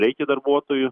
reikia darbuotojų